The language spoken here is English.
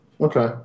Okay